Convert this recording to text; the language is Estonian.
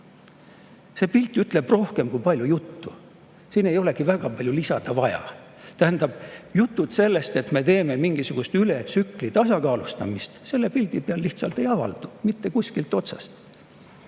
See pilt ütleb rohkem kui palju juttu. Siin ei olegi vaja väga palju lisada. Jutud sellest, et me teeme mingisugust üle tsükli tasakaalustamist, selle pildi peal ei avaldu lihtsalt mitte kuskilt otsast.